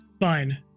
Fine